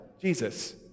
Jesus